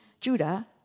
Judah